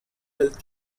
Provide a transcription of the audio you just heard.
health